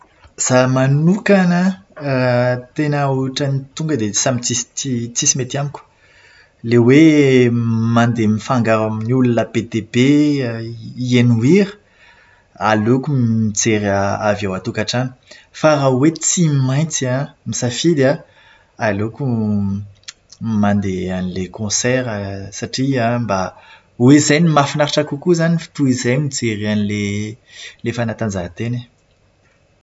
Zaho manokana tena ohatran'ny tonga dia samy tsisy tsy tsisy mety amiko. Ilay hoe mandeha mifangaro amin'ny olona be dia be hihaino hira, aleoko mijery avy ao an-tokatrano. Fa raha hoe tsy maintsy misafidy an, aleoko mandeha an'ilay konsera satria mba hoe izay no mahafinaritra kokoa izany toa izay mijery an'ilay fanatanjahantena e.